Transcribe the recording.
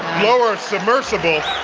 lower a submersible.